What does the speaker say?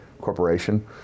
corporation